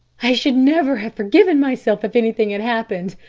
i should never have forgiven myself if anything had happened.